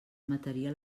mataria